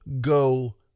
go